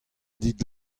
dit